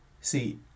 See